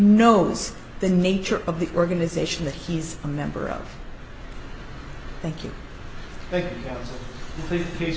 knows the nature of the organization that he's a member of thank you